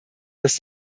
dass